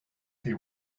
they